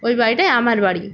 ওই বাড়িটাই আমার বাড়ি